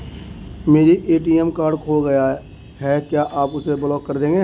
मेरा ATM card खो गया है क्या आप उसे ब्लॉक कर देंगे?